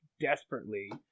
desperately